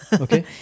okay